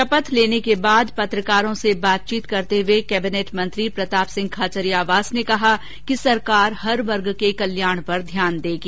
शपथ लेने के बाद पत्रकारों से बातचीत करते हुए कैबिनेट मंत्री प्रताप सिंह खाचरियावास ने कहा कि सरकार हर वर्ग के कल्याण पर ध्यान देगी